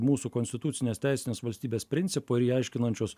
mūsų konstitucinės teisinės valstybės principo ir ją aiškinančios